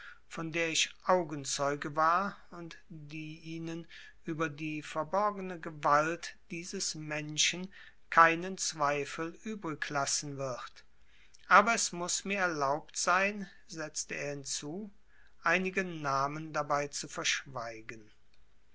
von der ich augenzeuge war und die ihnen über die verborgene gewalt dieses menschen keinen zweifel übriglassen wird aber es muß mir erlaubt sein setzte er hinzu einige namen dabei zu verschweigen